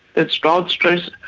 that's drought stress.